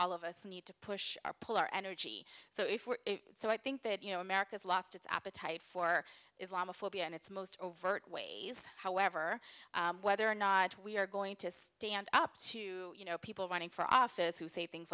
all of us need to push our pull our energy so if so i think that you know america's lost its appetite for islamophobia and its most overt ways however whether or not we're going to stand up to you know people running for office who say things